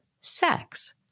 sex